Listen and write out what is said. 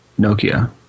Nokia